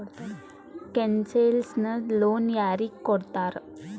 Concessional loan ಯಾರಿಗ್ ಕೊಡ್ತಾರ?